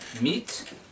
Meat